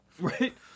Right